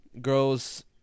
girls